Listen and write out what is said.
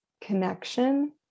connection